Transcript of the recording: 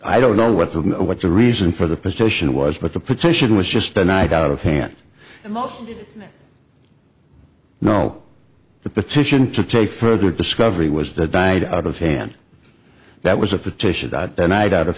i don't know what the what the reason for the potion was but the petition was just a night out of hand and most no the petition to take further discovery was that died out of hand that was a petition the night out of